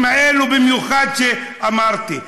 במיוחד של המגזרים האלה שאמרתי.